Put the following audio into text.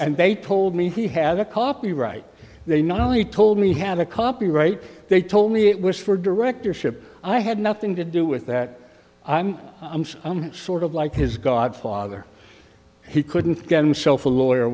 and they told me he had a copyright they not only told me have a copyright they told me it was for directorship i had nothing to do with that i'm sort of like his godfather he couldn't get himself a lawyer